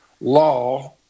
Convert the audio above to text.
law